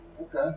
Okay